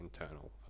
internal